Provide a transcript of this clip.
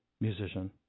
musician